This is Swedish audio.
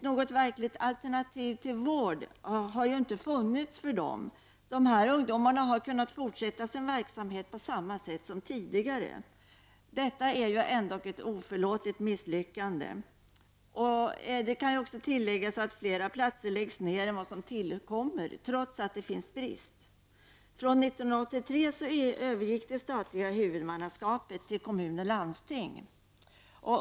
Något verkligt alternativ till vård har inte funnits för dem. De har kunnat fortsätta sin verksamhet på samma sätt som tidigare. Detta är ett oförlåtligt misslyckande. Det kan också tilläggas att flera platser än dem som tillkommer läggs ned, trots att det finns en brist. Från 1983 övergick det statliga huvudmannaskapet till kommuner och landsting.